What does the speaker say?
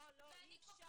לא, אי-אפשר.